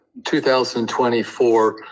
2024